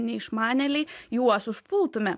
neišmanėliai juos užpultume